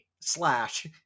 slash